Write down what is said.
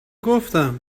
گفتم